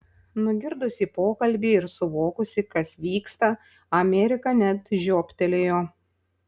nugirdusi pokalbį ir suvokusi kas vyksta amerika net žiobtelėjo